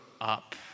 up